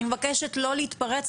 אני מבקשת לא להתפרץ,